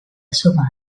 somalia